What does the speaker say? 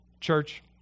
Church